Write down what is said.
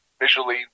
visually